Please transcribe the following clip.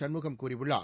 சண்முகம் கூறியுள்ளார்